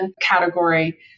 category